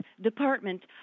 department